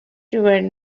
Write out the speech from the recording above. towards